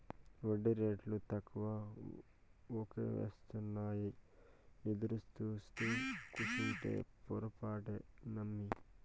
ఒడ్డీరేటు తక్కువకొస్తాయేమోనని ఎదురుసూత్తూ కూసుంటే పొరపాటే నమ్మి